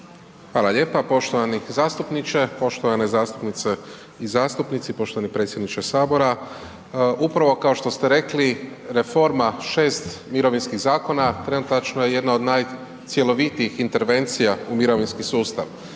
Hvala lijepa poštovani zastupniče, poštovane zastupnice i zastupnici, poštovani predsjedniče Sabora. Upravo kao što ste rekli reforma 6 mirovinskih zakona trenutačno je jedan od najcjelovitijih intervencija u mirovinski sustav.